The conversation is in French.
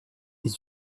est